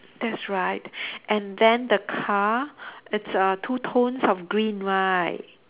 that's right and then the car it's err two tones of green right